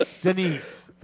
Denise